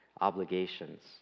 obligations